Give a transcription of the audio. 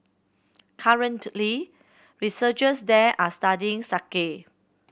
currently researchers there are studying